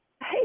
Hey